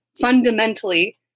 fundamentally